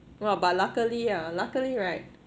!wah! but luckily ah luckily right